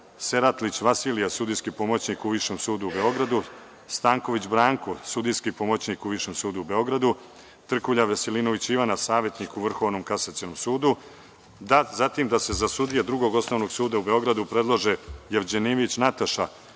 Seratlić Vasilije, sudijski pomoćnik u Višem sudu u Beogradu, Stanković Branko, sudijski pomoćnik u Višem sudu u Beogradu, Trkulja Veselinović Ivana, savetnik u Vrhovnom kasacionom sudu. Zatim, da se za sudije Drugog osnovnog suda u Beogradu predlože: Jevđenimić Nataša,